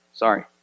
Sorry